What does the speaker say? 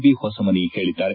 B Hosamani ಹೇಳಿದ್ದಾರೆ